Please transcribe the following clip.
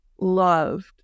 loved